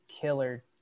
killer